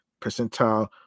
percentile